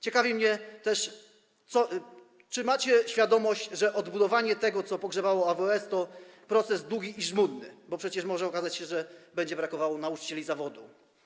Ciekawi mnie też, czy macie świadomość, że odbudowanie tego, co pogrzebało AWS, to proces długi i żmudny, bo przecież może okazać się, że będzie brakowało nauczycieli zawodu.